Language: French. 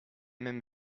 même